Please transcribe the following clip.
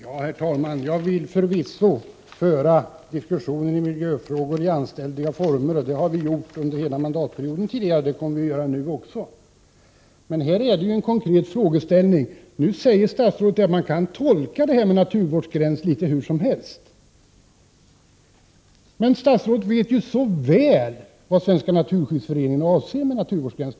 Herr talman! Jag vill förvisso föra diskussionen om miljöfrågorna i anständiga former. Det har vi gjort tidigare under hela mandatperioden, och det kommer vi nu också att göra. Här är det emellertid en konkret frågeställning. Statsrådet säger nu att man kan tolka begreppet naturvårdsgräns litet hur som helst. Statsrådet vet emellertid så väl vad Svenska naturskyddsföreningen avser med naturvårdsgräns.